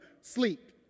Sleep